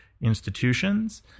institutions